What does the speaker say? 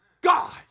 God